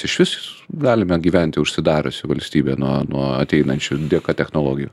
išvis galime gyventi užsidariusi valstybė nuo nuo ateinančių dėka technologijų